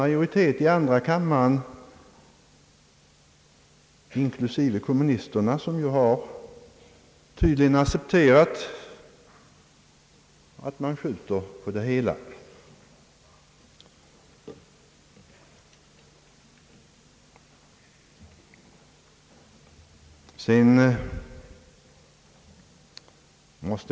Majoriteten inkluderar kommunisterna som också tydligen accepterat att man skjuter på hela denna fråga.